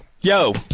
yo